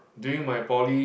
during my poly